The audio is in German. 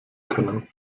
können